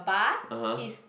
(uh huh)